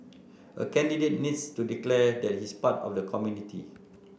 a candidate needs to declare that he's part of the community